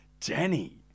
Danny